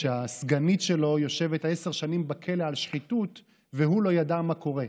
שהסגנית שלו יושבת עשר שנים בכלא על שחיתות והוא לא ידע מה קורה.